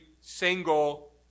single